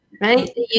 right